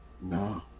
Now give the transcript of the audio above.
No